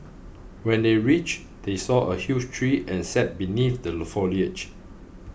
when they reached they saw a huge tree and sat beneath the foliage